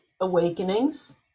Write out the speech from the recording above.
awakenings